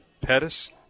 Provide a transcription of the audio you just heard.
Pettis